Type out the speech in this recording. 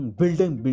building